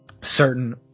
certain